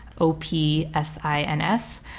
O-P-S-I-N-S